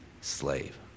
slave